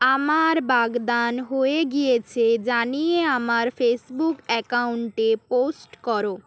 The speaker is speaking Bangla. আমার বাগদান হয়ে গিয়েছে জানিয়ে আমার ফেসবুক অ্যাকাউন্টে পোস্ট করো